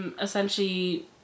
essentially